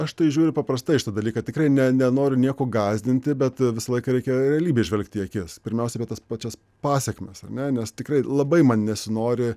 aš tai žiūriu paprastai į šitą dalyką tikrai ne nenoriu nieko gąsdinti bet visą laiką reikėjo realybei žvelgti į akis pirmiausia apie tas pačias pasekmes ar ne nes tikrai labai man nesinori